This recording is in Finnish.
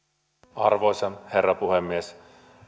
arvoisa herra puhemies